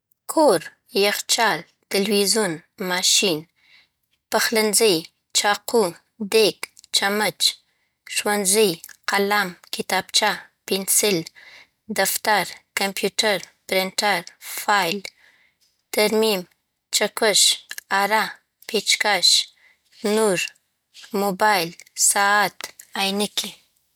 کور: یخچال، تلویزیون، ماشین پخلنځی: چاقو، دیګ، چمچ ښوونځی: قلم، کتابچه، پنسل دفتر: کمپیوټر، پرنټر، فایل ترمیم: چکش، اره، پیچ‌کش نور: موبایل، ساعت، عینکې